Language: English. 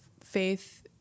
faith